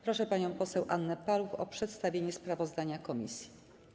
Proszę panią poseł Annę Paluch o przedstawienie sprawozdania komisji.